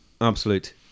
absolute